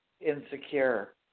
insecure